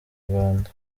rwanda